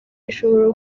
ishobora